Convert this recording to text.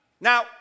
Now